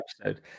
episode